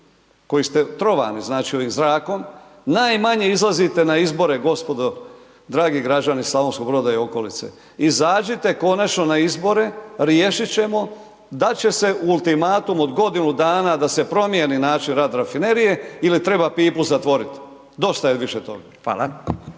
koji ste trovani znači ovim zrakom, najmanje izlazite na izbore gospodo, dragi građani Slavonskog Broda i okolice. Izađite konačno na izbore, riješit ćemo, dat će se ultimatum od godinu dana da se promijeni način rada rafinerije ili treba pipu zatvorit, dosta je više toga.